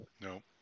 No